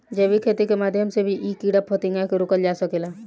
जैविक खेती के माध्यम से भी इ कीड़ा फतिंगा के रोकल जा सकेला